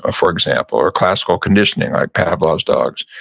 ah for example, or classical conditioning like pavlov's dogs.